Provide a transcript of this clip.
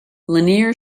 lanier